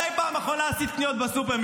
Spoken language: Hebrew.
מתי פעם אחרונה עשית קניות בסופר,